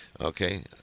Okay